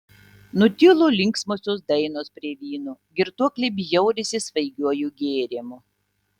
nutilo linksmosios dainos prie vyno girtuokliai bjaurisi svaigiuoju gėrimu